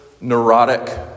neurotic